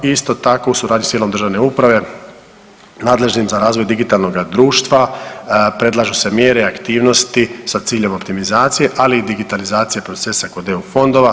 Isto tako u suradnji s tijelom državne uprave nadležnim za razvoj digitalnoga društva predlažu se mjere i aktivnosti sa ciljem optimizacije, ali i digitalizacije procesa kod EU fondova.